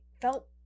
felt